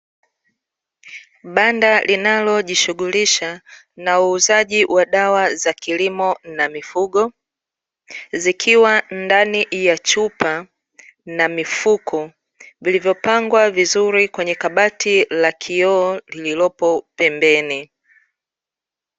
Banda linalo jishughulisha na uuzaji wa dawa za kilimo na mifugo, zikiwa ndani ya chupa na mifuko, vilivyopangwa vizuri kwenye kabati la kioo lililopo pembeni.